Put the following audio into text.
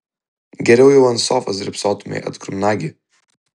geriau jau ant sofos drybsotumei atgrubnagi